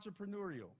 entrepreneurial